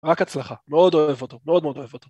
רק הצלחה, מאוד אוהב אותו, מאוד מאוד אוהב אותו.